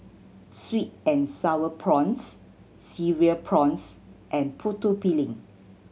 sweet and Sour Prawns Cereal Prawns and Putu Piring